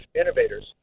innovators